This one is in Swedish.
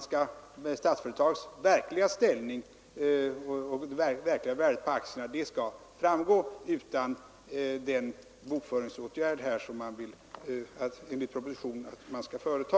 Statsföretags verkliga ställning och det verkliga värdet på aktierna skall framgå utan den bokföringsåtgärd som man enligt propositionen vill företa.